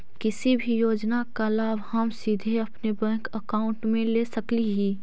किसी भी योजना का लाभ हम सीधे अपने बैंक अकाउंट में ले सकली ही?